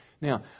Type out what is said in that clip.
Now